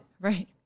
Right